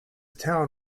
town